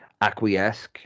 acquiesce